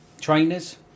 Trainers